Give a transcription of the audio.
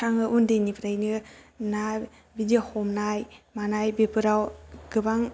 आङो उन्दैनिफ्रायनो ना बिदि हमनाय मानाय बेफोराव गोबां